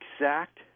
exact